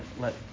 let